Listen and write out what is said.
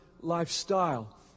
lifestyle